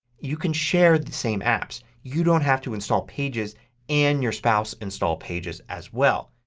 you can share the same apps. you don't have to install pages and your spouse install pages as well.